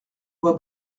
voix